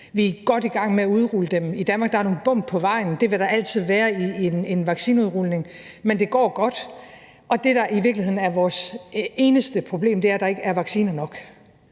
Vi er godt i gang med at udrulle dem i Danmark. Der er nogle bump på vejen – det vil der altid være i en vaccineudrulning – men det går godt. Det, der i virkeligheden er vores eneste problem, er, at der ikke er vacciner nok.